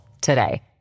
today